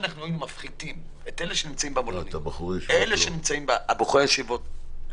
את בחורי הישיבה לא.